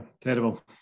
terrible